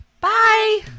Bye